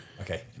Okay